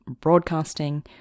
broadcasting